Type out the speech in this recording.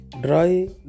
Dry